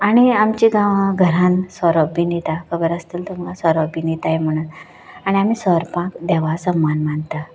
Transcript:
आनी आमच्या गांवांत घरांत सोरोप बीन येता खबर आसतली तुमकां सोरोप बीन येता म्हणून आनी आमी सोरपाक देवा समान मानतात